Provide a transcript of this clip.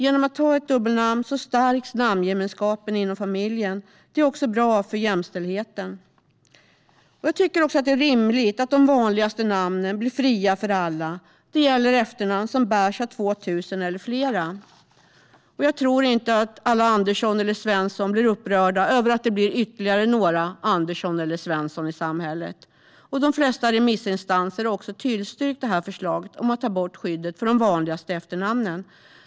Genom att ta ett dubbelnamn stärker man namngemenskapen inom familjen. Det är också bra för jämställdheten. Jag tycker att det är rimligt att de vanligaste namnen blir fria för alla. Detta gäller efternamn som bärs av 2 000 eller fler. Jag tror inte att alla Andersson eller Svensson blir upprörda över att det blir ytterligare några Andersson eller Svensson i samhället. De flesta remissinstanser har också tillstyrkt detta förslag om att ta bort skyddet för de vanligaste efternamnen.